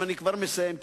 אני כבר מסיים,